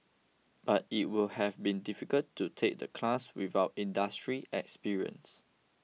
but it would have been difficult to take the class without industry experience